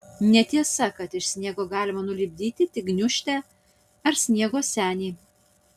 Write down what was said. netiesa kad iš sniego galima nulipdyti tik gniūžtę ar sniego senį